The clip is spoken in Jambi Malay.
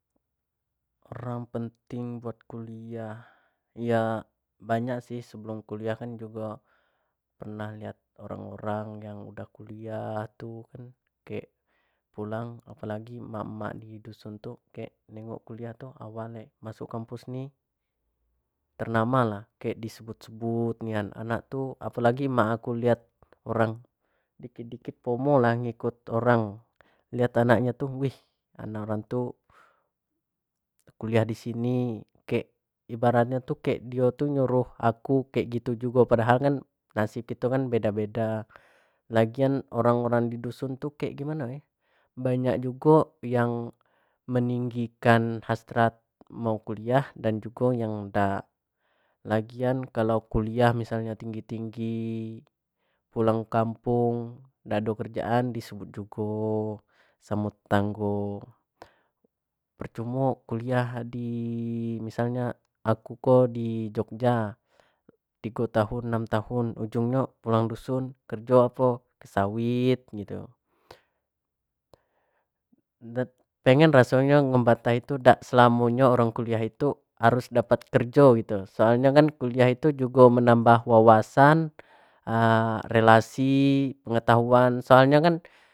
Peran penting buat kuliah ya banyak sih sebelum kuliah kan juga pernah lihat orang-orang yang udah kuliah tuh kan kayak pulang apalagi emak mandi dusun tokek nengok kuliah tuh awalnya masuk kampus nih ternama lah kayak disebut-sebut nian anak tuh apalagi emak aku lihat orang dikit-dikit pomo lagi ikut orang lihat anaknya tuh wih karena orang tua kuliah di sini kek ibaratnya tuh kayak dia tuh nyuruh aku kayak gitu juga padahal kan nasib itu kan beda-beda lagian orang-orang di dusun tuh kayak gimana ya banyak juga yang meninggikan hasrat mau kuliah dan juga yang udah lagian kalau kuliah misalnya tinggi-tinggi pulang kampung dado kerjaan disebut juga samo tetanggo percuma kuliah di misalnya aku kok di jogja tigo sampai enam tahun ujungnya pulang dusun kerja apa gitu tak selamanya orang kuliah itu harus dapat kerja itu soalnya kan kuliah itu juga menambah wawasan relasi pengetahuan